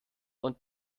und